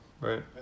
right